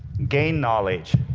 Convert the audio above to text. gain knowledge,